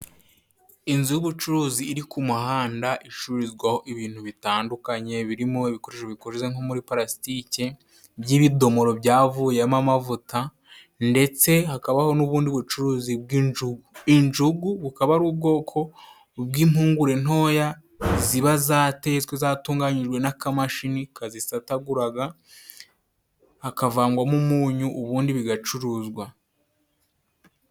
Inzu y'ubucuruzi iri ku muhanda. Icururizwaho ibintu bitandukanye birimo: lbikoresho bikoze nko muri palasitike by'ibidomoro, byavuyemo amavuta ndetse hakabaho n'ubundi bucuruzi bw'njugu. Injugu bukaba ari ubwoko bw'impungure ntoya, ziba zatetswe zatunganyijwe n'akamashini kazisataguraga, hakavangwamo umunyu ubundi bigacuruzwa.